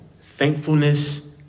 thankfulness